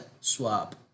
Swap